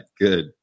Good